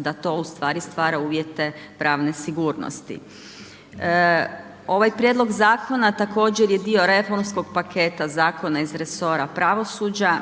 da to ustvari stvara uvjete pravne sigurnosti. Ovaj prijedlog zakona također je dio reformskog paketa zakona iz resora pravosuđa,